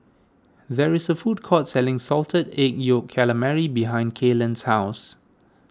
there is a food court selling Salted Egg Yolk Calamari behind Kaylan's house